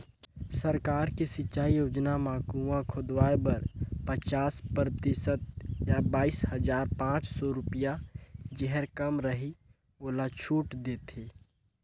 सरकार के सिंचई योजना म कुंआ खोदवाए बर पचास परतिसत य बाइस हजार पाँच सौ रुपिया जेहर कम रहि ओला छूट देथे